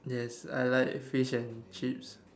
yes I like fish and chips